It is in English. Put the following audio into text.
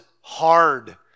hard